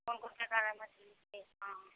कोन कोन प्रकारक मछली छै हाँ